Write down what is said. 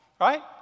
Right